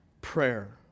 prayer